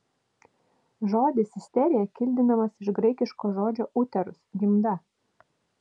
žodis isterija kildinamas iš graikiško žodžio uterus gimda